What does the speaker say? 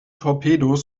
torpedos